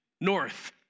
north